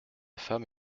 femme